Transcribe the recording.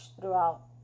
throughout